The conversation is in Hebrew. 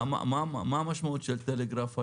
מה המשמעות של טלגרף היום?